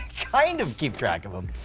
kind of keep track of them.